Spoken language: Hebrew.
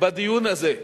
בדיון הזה,